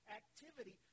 activity